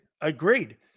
Agreed